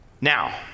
Now